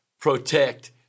protect